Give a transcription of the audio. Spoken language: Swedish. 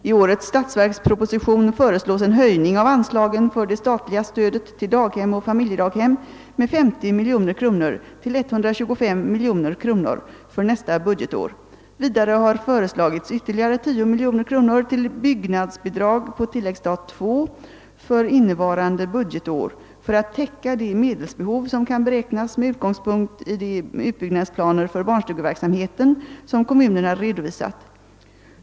I årets statsverksproposition föreslås en höjning av anslagen för det statliga stödet till daghem och familjedaghem med 50 miljoner kronor till 125 miljoner kronor för nästa budgetår. Vidare har föreslagits ytterligare 10 miljoner kronor till byggnadsbidrag på tilläggsstat II för innevarande budgetår för att täcka det medelsbehov som kan beräknas med utgångspunkt i de utbyggnadsplaner för barnstugeverksamheten som kommunerna redovisat.